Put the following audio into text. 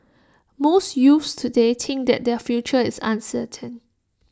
most youths today think that their future is uncertain